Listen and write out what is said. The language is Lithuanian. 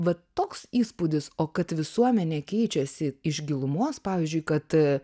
vat toks įspūdis o kad visuomenė keičiasi iš gilumos pavyzdžiui kad